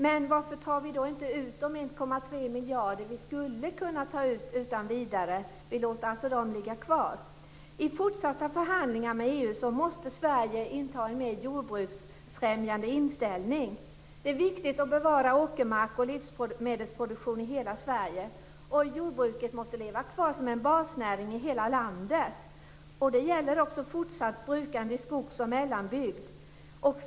Men varför tar vi då inte ut de 1,3 miljarder som vi skulle kunna ta ut utan vidare? Vi låter alltså dessa pengar ligga kvar. I fortsatta förhandlingar med EU måste Sverige inta en ny jordbruksfrämjande inställning. Det är viktigt att bevara åkermark och livsmedelsproduktion i hela Sverige. Jordbruket måste leva kvar som en basnäring i hela landet. Det gäller också fortsatt brukande i skogs och mellanbygd.